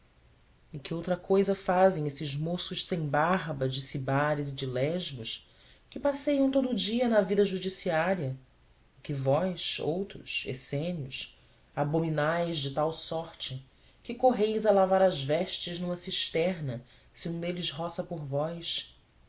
e que outra cousa fazem esses moços sem barba de sibáris e de lesbos que passeiam todo o dia na via judiciária e que vós outros essênios abominais de tal sorte que correis a lavar as vestes numa cisterna se um deles roça por vós